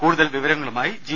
കൂടുതൽ വിവരങ്ങളുമായി ജി